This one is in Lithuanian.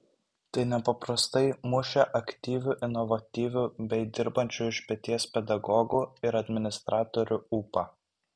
tai nepaprastai mušė aktyvių inovatyvių bei dirbančių iš peties pedagogų ir administratorių ūpą